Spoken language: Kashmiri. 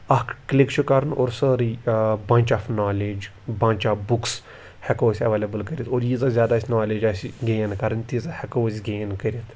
اَکھ کِلِک چھِ کَرُن اور سٲرٕے bunch of knowledge bunch of books ہٮ۪کو أسۍ اٮ۪ویلیبٕل کٔرِتھ اور ییٖژاہ زیادٕ اَسہِ نالیج آسہِ گین کَرٕنۍ تیٖژاہ ہٮ۪کو أسۍ گین کٔرِتھ